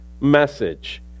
message